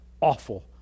awful